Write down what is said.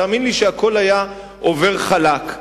תאמין לי שהכול היה עובר חלק.